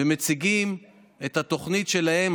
ומציגים את התוכנית שלהם.